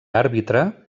àrbitre